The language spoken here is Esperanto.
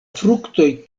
fruktoj